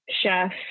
chef